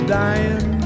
dying